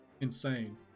insane